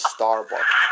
Starbucks